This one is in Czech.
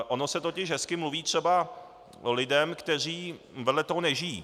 Ono se totiž hezky mluví třeba lidem, kteří vedle toho nežijí.